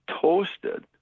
toasted